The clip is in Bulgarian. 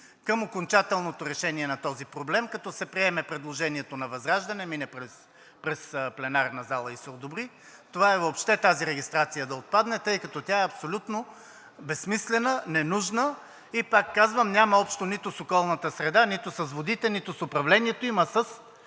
към окончателното решение на този проблем, като се приеме предложението на ВЪЗРАЖДАНЕ, мине през пленарната зала и се одобри. Това е въобще тази регистрация да отпадне, тъй като тя е абсолютно безсмислена, ненужна и пак казвам, няма общо нито с околната среда, нито с водите, нито с управлението им, а